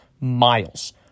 miles